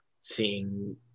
seeing